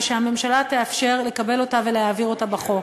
ושהממשלה תאפשר לקבל אותה ולהעביר אותה בחוק.